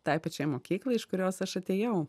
tai pačiai mokyklai iš kurios aš atėjau